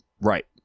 right